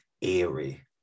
eerie